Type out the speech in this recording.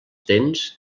dents